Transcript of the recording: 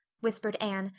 whispered anne,